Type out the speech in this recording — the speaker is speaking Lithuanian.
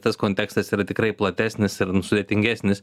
tas kontekstas yra tikrai platesnis ir nu sudėtingesnis